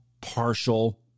partial